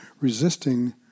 resisting